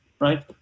Right